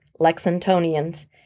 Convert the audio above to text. Lexingtonians